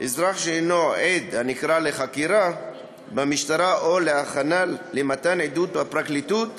אזרח שהנו עד הנקרא לחקירה במשטרה או להכנה למתן עדות בפרקליטות